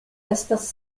estas